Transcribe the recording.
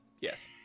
Yes